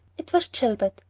it was gilbert,